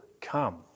come